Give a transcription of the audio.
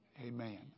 Amen